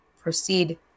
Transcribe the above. proceed